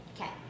Okay